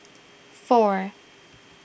four